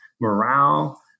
morale